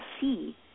see